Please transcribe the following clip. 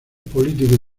políticos